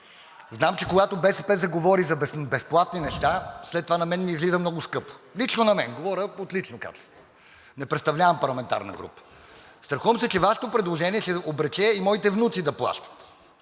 Знам, че когато БСП заговори за безплатни неща, след това на мен ми излиза много скъпо. Лично на мен, говоря в лично качество, не представлявам парламентарна група. Страхувам се, че Вашето предложение ще обрече и моите внуци да плащат.